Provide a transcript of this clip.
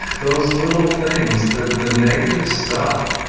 those little things that the negative stuff,